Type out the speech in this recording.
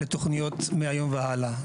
לתוכניות מהיום והלאה.